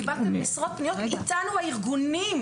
קיבלתם עשרות פניות מאיתנו הארגונים.